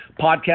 podcast